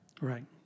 Right